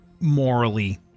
morally